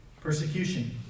persecution